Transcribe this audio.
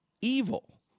evil